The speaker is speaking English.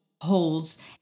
holds